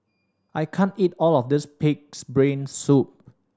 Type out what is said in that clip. I can't eat all of this Pig's Brain Soup